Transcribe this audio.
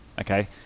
Okay